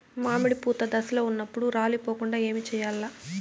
మామిడి పూత దశలో ఉన్నప్పుడు రాలిపోకుండ ఏమిచేయాల్ల?